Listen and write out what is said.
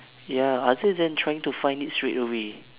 ya other than trying to find it straightaway